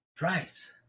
Right